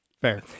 Fair